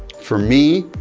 for me,